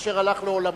אשר הלך לעולמו.